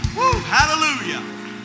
Hallelujah